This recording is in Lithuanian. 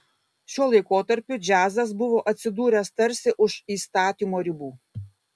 šiuo laikotarpiu džiazas buvo atsidūręs tarsi už įstatymo ribų